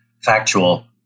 factual